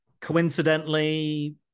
coincidentally